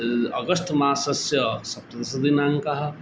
August मासस्य सप्तदशदिनाङ्कः